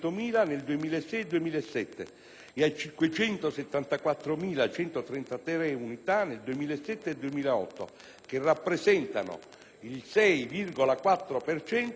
e a 574.133 unità nel 2007-2008, che rappresentano il 6,4 per cento del totale degli alunni.